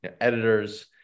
editors